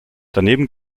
daneben